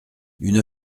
une